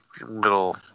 little